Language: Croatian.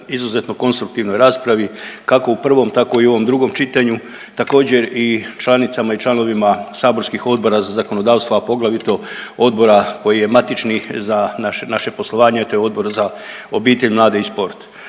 izuzetno konstruktivnoj raspravi kako u prvom, tako i u ovom drugom čitanju. Također i članicama i članovima saborskih Odbora za zakonodavstvo i poglavito Odbora koji je matični za naše poslovanje, te odbor za obitelj, mlade i sport.